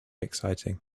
exciting